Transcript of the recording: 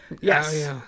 Yes